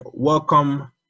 Welcome